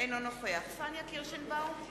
אינו נוכח פניה קירשנבאום,